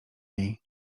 niej